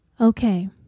Okay